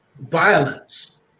violence